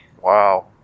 Wow